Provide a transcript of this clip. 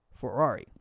Ferrari